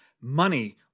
money